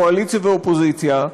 קואליציה ואופוזיציה,